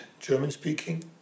German-speaking